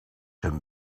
him